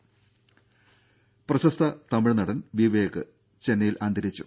ദേഴ പ്രശസ്ത തമിഴ് നടൻ വിവേക് ചെന്നൈയിൽ അന്തരിച്ചു